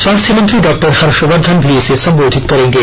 स्वास्थ्य मंत्री डॉक्टर हर्षवर्धन भी इसे सम्बोधित करेंगे